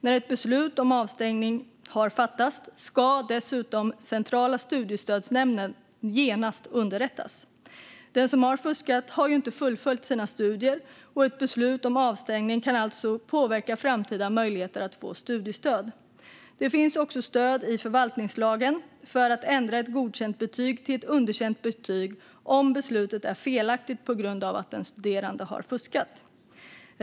När ett beslut om avstängning har fattats ska dessutom Centrala studiestödsnämnden genast underrättas. Den som har fuskat har ju inte fullföljt sina studier, och ett beslut om avstängning kan alltså påverka framtida möjligheter att få studiestöd. Det finns också stöd i förvaltningslagen för att ändra ett godkänt betyg till ett underkänt betyg om beslutet är felaktigt på grund av att den studerande har fuskat.